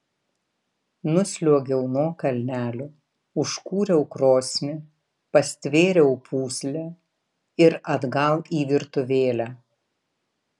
nusliuogiau nuo kalnelio užkūriau krosnį pastvėriau pūslę ir atgal į virtuvėlę